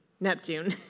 Neptune